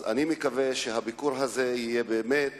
אני מקווה שהביקור הזה יהיה באמת